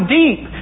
deep